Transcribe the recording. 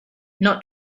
not